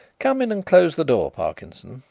come in and close the door, parkinson,